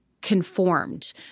conformed